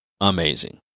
amazing